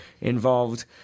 involved